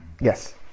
Yes